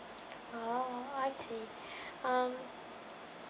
oh I see um